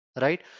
right